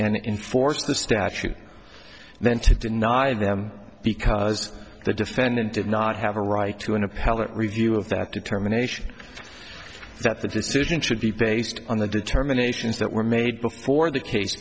and in force the statute then to deny them because the defendant did not have a right to an appellate review of that determination that the decision should be based on the determinations that were made before the ca